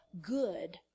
good